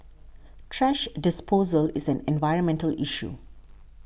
thrash disposal is an environmental issue